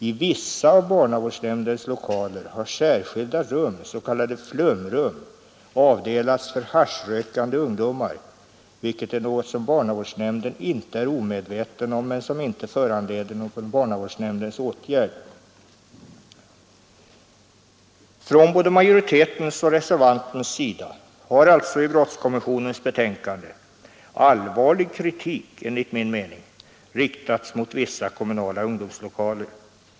I vissa av barnavårdsnämndens lokaler har särskilda rum s.k. flumrum avdelats för haschrökande ungdomar, vilket är något som barnavårdsnämnden inte är omedveten om, men som inte föranleder någon barnavårdsnämndens åtgärd.” Från både majoritetens och reservantens sida har alltså i brottskommissionens betänkande allvarlig kritik — enligt min mening — riktats mot vissa kommunala ungdomslokaler.